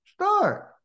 start